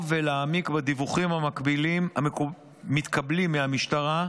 ולהעמיק בדיווחים המתקבלים מהמשטרה,